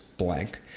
blank